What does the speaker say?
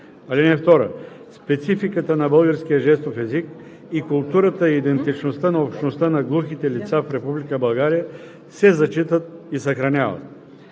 език. (2) Спецификата на българския жестов език и културата и идентичността на общността на глухите лица в Република България се зачитат и съхраняват.“